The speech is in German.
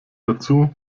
dazu